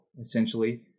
essentially